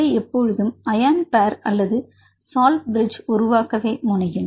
அவை எப்பொழுதும் ion pair அல்லது சால்ட் பிரிட்ஜ் உருவாக்கவே முனையும்